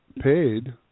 paid